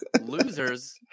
losers